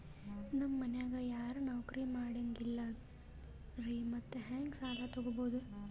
ನಮ್ ಮನ್ಯಾಗ ಯಾರೂ ನೌಕ್ರಿ ಮಾಡಂಗಿಲ್ಲ್ರಿ ಮತ್ತೆಹೆಂಗ ಸಾಲಾ ತೊಗೊಬೌದು?